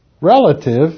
relative